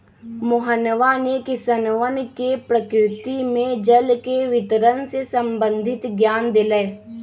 मोहनवा ने किसनवन के प्रकृति में जल के वितरण से संबंधित ज्ञान देलय